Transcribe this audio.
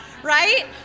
right